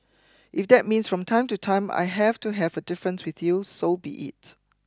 if that means from time to time I have to have a different with you so be it